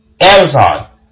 Amazon